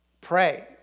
pray